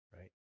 right